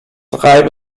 drei